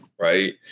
right